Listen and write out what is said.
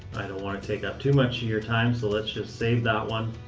i don't want to take up too much of your time, so let's just save that one.